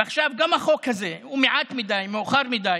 ועכשיו, גם החוק הזה הוא מעט מדי ומאוחר מדי,